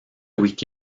week